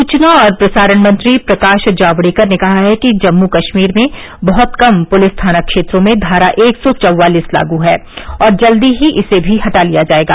सूचना और प्रसारण मंत्री प्रकाश जावड़ेकर ने कहा है कि जम्मू कश्मीर में बहुत कम पुलिस थाना क्षेत्रों में धारा एक सौ चौवालिस लागू है और जल्दी ही इसे भी हटा लिया जाएगा